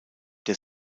der